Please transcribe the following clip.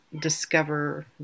discover